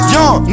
Young